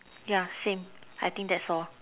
yeah same I think that's all